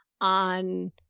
on